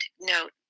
note